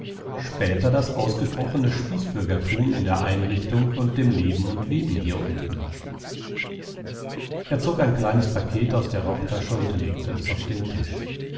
später das ausgesprochene spießbürgertum in der einrichtung und dem leben und weben hier unten er zog ein kleines paket aus der rocktasche und legte es auf den tisch